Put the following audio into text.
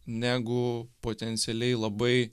negu potencialiai labai